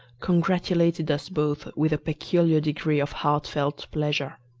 congratulated us both with a peculiar degree of heartfelt pleasure.